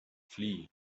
flee